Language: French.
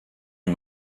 est